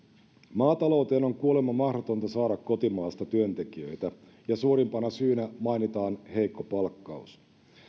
maatalouteen on kuulemma mahdotonta saada kotimaasta työntekijöitä ja suurimpana syynä mainitaan heikko palkkaus